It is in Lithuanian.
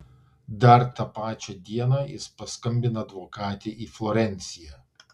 dar tą pačią dieną jis paskambina advokatei į florenciją